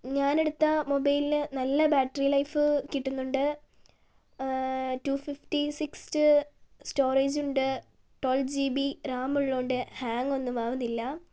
ഞാനെടുത്ത മൊബൈലിന് നല്ല battery life കിട്ടുന്നുണ്ട് ടു ഫിഫ്റ്റി സിസ്ത് സ്റ്റോറേജുണ്ട് ട്വൽവ് ജി ബി റാം ഉള്ളതുകൊണ്ട് ഹാങ്ങോന്നും ആവുന്നില്ല